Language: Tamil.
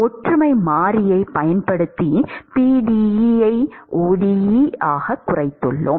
ஒற்றுமை மாறியைப் பயன்படுத்தி pde ஐ ode ஆகக் குறைத்துள்ளோம்